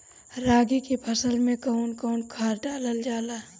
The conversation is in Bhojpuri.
रागी के फसल मे कउन कउन खाद डालल जाला?